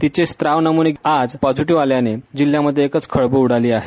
तिचे स्त्राव नमुने आज पॉजिटिव आल्याने जिल्ह्यामध्ये एकच खळबळ उडाली आहे